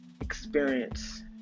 experience